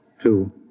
two